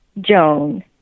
Joan